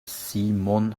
simon